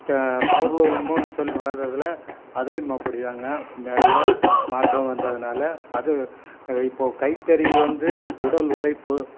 த பவர்லூமுன்னு சொல்றததில் அதுலேயும் அப்படிதாங்க நிறையா மாற்றம் வந்ததுனால் அது இப்போது கைத்தறி வந்து உடல் உழைப்பு